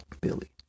Billy